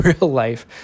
real-life